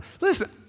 listen